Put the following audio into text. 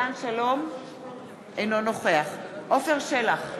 אינו נוכח עפר שלח,